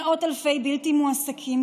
מאות אלפי בלתי מועסקים,